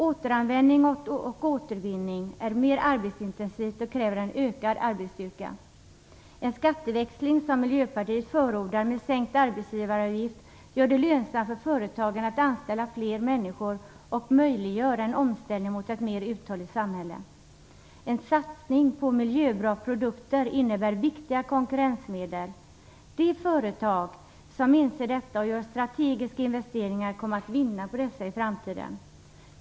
Återanvändning och återvinning är mer arbetsintensivt och kräver en ökad arbetsstyrka. En skatteväxling, som Miljöpartiet förordar, med sänkt arbetsgivaravgift gör det lönsamt för företagen att anställa fler människor och möjliggör en omställning mot ett mer uthålligt samhälle. En satsning på produkter som är bra för miljön innebär viktiga konkurrensmedel. De företag som inser detta och gör strategiska investeringar kommer att vinna på dessa i framtiden.